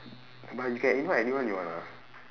but you can invite anyone you want ah